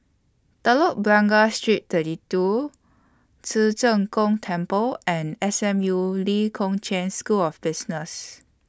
Telok Blangah Street thirty two Ci Zheng Gong Temple and S M U Lee Kong Chian School of Business